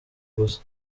gusa